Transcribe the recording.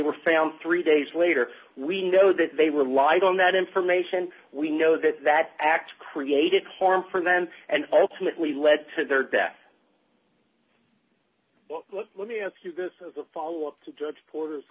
found three days later we know that they relied on that information we know that that act created harm for then and ultimately led to their death let me ask you this as a follow up to judge porter